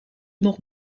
nog